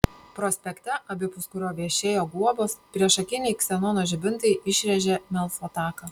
prospekte abipus kurio vešėjo guobos priešakiniai ksenono žibintai išrėžė melsvą taką